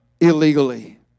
illegally